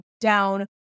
down